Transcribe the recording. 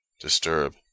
disturb